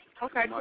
Okay